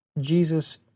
Jesus